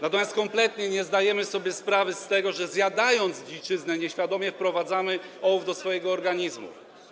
Natomiast kompletnie nie zdajemy sobie sprawy z tego, że zjadając dziczyznę, nieświadomie wprowadzamy ołów do swojego organizmu.